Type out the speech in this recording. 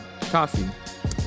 coffee